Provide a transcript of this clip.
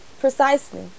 precisely